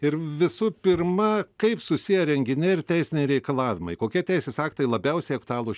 ir visų pirma kaip susiję renginiai ir teisiniai reikalavimai kokie teisės aktai labiausiai aktualūs